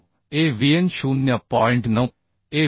9 Avn 0